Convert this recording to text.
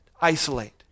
isolate